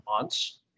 months